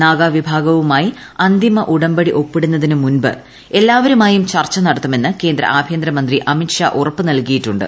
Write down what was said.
നാഗാ വിഭാഗവുമായിട് അന്തിമ ഉടമ്പടി ഒപ്പിടുന്നതിനു മുമ്പ് എല്ലാവരുമായും ചർച്ച നടത്തുമെന്ന് കേന്ദ്ര ആഭ്യന്തരമന്ത്രി അമിത് ഷാ ഉറപ്പു നൽകിയിട്ടുണ്ട്